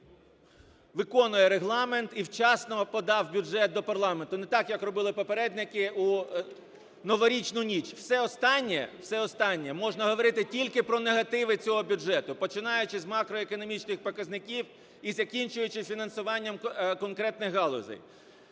виконує Регламент і вчасно подав бюджет до парламенту, не так, як робили попередники у новорічну ніч. Все останнє… все останнє можна говорити тільки про негативи цього бюджету, починаючи з макроекономічних показників і закінчуючи фінансуванням конкретних галузей.